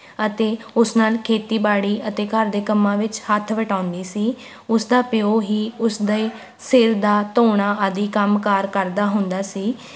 ਅਤੇ ਉਸ ਨਾਲ ਖੇਤੀਬਾੜੀ ਅਤੇ ਘਰ ਦੇ ਕੰਮਾਂ ਵਿੱਚ ਹੱਥ ਵਟਾਉਂਦੀ ਸੀ ਉਸ ਦਾ ਪਿਓ ਹੀ ਉਸ ਦੇ ਸਿਰ ਦਾ ਧੋਣਾ ਆਦਿ ਕੰਮਕਾਰ ਕਰਦਾ ਹੁੰਦਾ ਸੀ